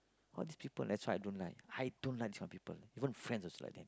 all these people that's why I don't like I don't like this kind of people even friends also like that